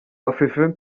afrifame